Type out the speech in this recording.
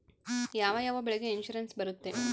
ಯಾವ ಯಾವ ಬೆಳೆಗೆ ಇನ್ಸುರೆನ್ಸ್ ಬರುತ್ತೆ?